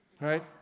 right